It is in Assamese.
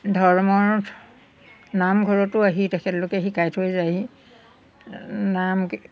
ধৰ্মৰ নামঘৰতো আহি তেখেতলোকে শিকাই থৈ যায়হি নাম